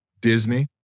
disney